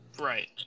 Right